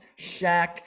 Shaq